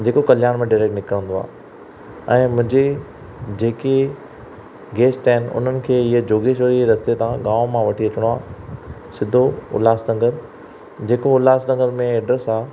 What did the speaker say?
जेको कल्याण मां डाइरेक्ट निकिरंदो आहे ऐं मुंहिंजे जेके गेस्ट आहिनि हुननि खे इहे जोगेश्वरीअ रस्ते तव्हां गांव मां वठी अचिणो आहे सिधो उल्हासनगर जेको उल्हासनगर में एड्रेस आहे